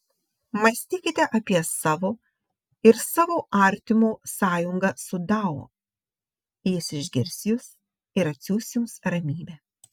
mąstykite apie savo ir savo artimo sąjungą su dao jis išgirs jus ir atsiųs jums ramybę